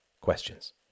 questions